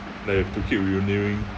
like you have to keep renewing